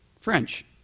French